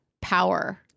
power